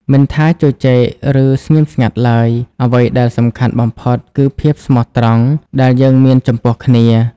មិនថាជជែក ឬស្ងៀមស្ងាត់ឡើយ អ្វីដែលសំខាន់បំផុតគឺភាពស្មោះត្រង់ដែលយើងមានចំពោះគ្នា។